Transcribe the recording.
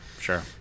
sure